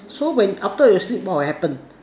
so when after you sleep more happen